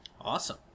awesome